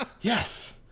Yes